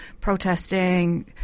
protesting